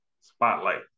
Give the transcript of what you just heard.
Spotlight